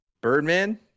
Birdman